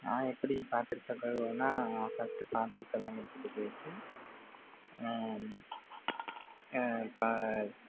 நான் எப்படி பாத்திரத்த கழுவுவேன்னால் நான் ஃபர்ஸ்ட்டு பாத்திரத்தல்லாம் எடுத்துகிட்டு போய்விட்டு நான் இப்போ